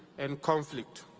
and conflict.